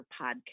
podcast